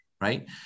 right